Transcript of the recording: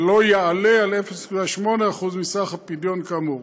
ולא יעלה על 0.8% מסך הפדיון כאמור".